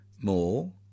more